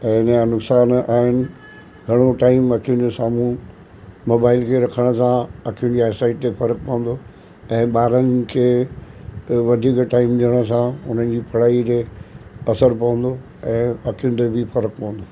ऐं हिनजा नुक़सान आहिनि घणो टाइम अखियुनि जे साम्हूं मोबाईल खे रखण सां अखियुनि जी आइसाइड ते फ़र्क़ु पवंदो आहे ऐं ॿारनि खे वधीक टाइम ॾियण सां उन्हनि जी पढ़ाई खे असर पवंदो ऐं अखियुनि ते बि फ़र्क़ु पवंदो